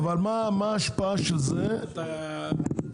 מה ההשפעה של זה על המחיר?